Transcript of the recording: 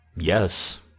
Yes